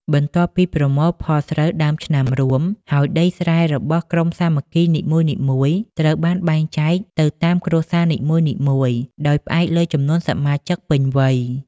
បន្ទាប់ពីប្រមូលផលស្រូវដើមឆ្នាំរួម ហើយដីស្រែរបស់ក្រុមសាមគ្គីនីមួយៗត្រូវបានបែងចែកទៅតាមគ្រួសារនីមួយៗ ដោយផ្អែកលើចំនួនសមាជិកពេញវ័យ។